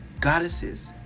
goddesses